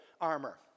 armor